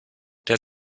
der